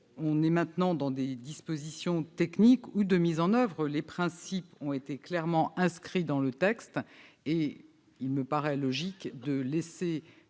en train de parler sont des dispositions techniques ou de mise en oeuvre. Les principes, eux, ont été clairement inscrits dans le texte. Il me paraît logique de laisser